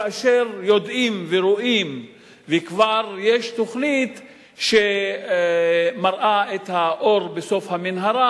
כאשר יודעים ורואים וכבר יש תוכנית שמראה את האור בסוף המנהרה,